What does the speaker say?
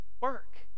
work